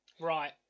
Right